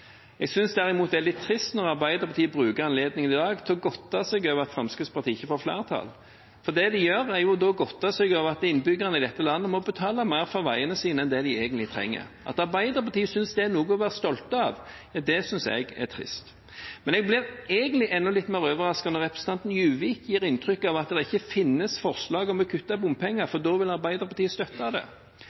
Jeg synes derimot det er litt trist når Arbeiderpartiet bruker anledningen i dag til å godte seg over at Fremskrittspartiet ikke får flertall. Det de gjør, er jo da å godte seg over at innbyggerne i dette landet må betale mer for veiene sine enn det de egentlig trenger. At Arbeiderpartiet synes det er noe å være stolt av, synes jeg er trist. Men jeg blir egentlig enda litt mer overrasket når representanten Juvik gir inntrykk av at det ikke finnes forslag om å kutte bompenger – for da ville Arbeiderpartiet støttet det.